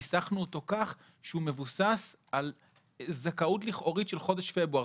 ניסחנו אותו כך שהוא מבוסס על זכאות לכאורית של חודש פברואר,